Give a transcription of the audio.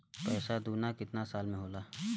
पैसा दूना कितना साल मे होला?